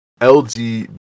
lgbt